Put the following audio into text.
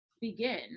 begin